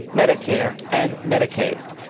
medicare and medicaid.